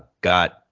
got